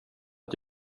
att